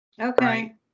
Okay